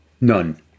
None